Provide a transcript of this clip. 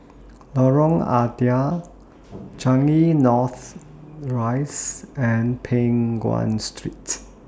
Lorong Ah Thia Changi North Rise and Peng Nguan Street